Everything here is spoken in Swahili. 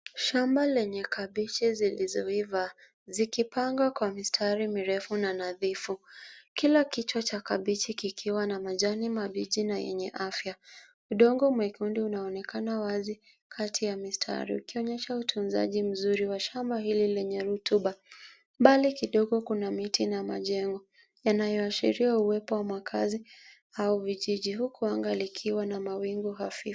Shamba lenye kabeji zilizo iva zikipangwa kwa mistari mirefu na nadhifu kila kichwa cha kabeji kikiwa na majani mabichi na yenye afya. Udongo mwekundu unaonekana wazi kati ya mistari ukionyesha utunzaji mzuri wa shamba hili lenye rutuba. Mbali kidogo kuna miti na majengo yanayo ashiria uwepo wa makazi au vijiji huku anga likiwa na mawingu hafifu.